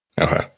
Okay